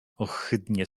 ohydnie